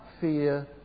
fear